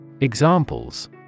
Examples